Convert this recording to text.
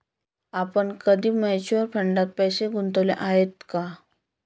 आपण कधी म्युच्युअल फंडात पैसे गुंतवले आहेत का?